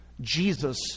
Jesus